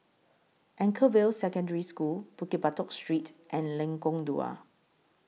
Anchorvale Secondary School Bukit Batok Street and Lengkong Dua